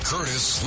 Curtis